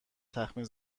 تخمین